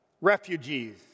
refugees